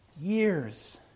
years